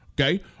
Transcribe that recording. okay